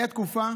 הייתה תקופה